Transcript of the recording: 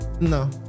No